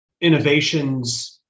innovations